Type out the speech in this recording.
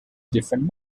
different